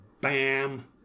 bam